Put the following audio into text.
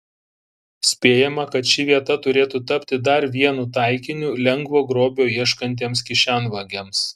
spėjama kad ši vieta turėtų tapti dar vienu taikiniu lengvo grobio ieškantiems kišenvagiams